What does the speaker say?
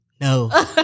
No